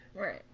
Right